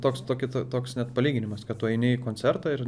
toks to kito toks net palyginimas kad tu eini į koncertą ir